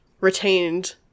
retained